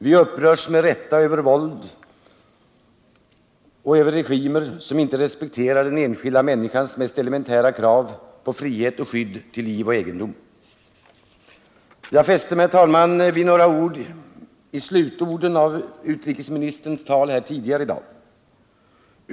Vi upprörs med rätta över våld och över regimer som inte respekterar den enskilda människans mest elementära krav på frihet och skydd till liv och egendom. Jag fäste mig, herr talman, vid några av slutorden i utrikesministerns tal här tidigare i dag.